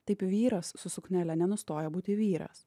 taip vyras su suknele nenustoja būti vyras